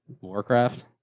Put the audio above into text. Warcraft